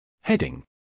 Heading